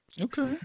okay